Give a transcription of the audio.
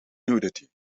nudity